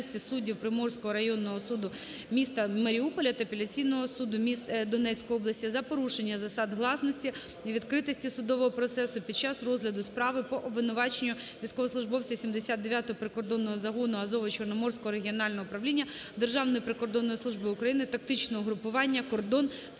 Приморського районного суду міста Маріуполя та Апеляційного суду Донецької області за порушення засад гласності й відкритості судового процесу під час розгляду справи по обвинуваченню військовослужбовця 79 прикордонного загону Азово-Чорноморського регіонального управління Державної прикордонної служби України тактичного угрупування "Кордон" Сергія